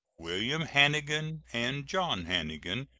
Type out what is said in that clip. william hannegan, and john hannegan,